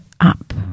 up